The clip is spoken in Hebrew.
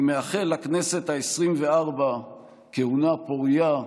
אני מאחל לכנסת העשרים-וארבע כהונה פורייה,